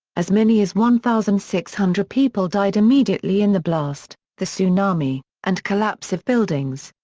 as many as one thousand six hundred people died immediately in the blast, the tsunami, and collapse of buildings.